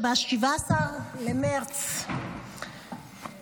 ב-17 במרץ